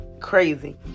crazy